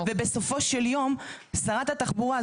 ובסופו של יום שרת התחבורה,